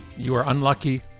you are unlucky,